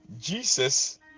jesus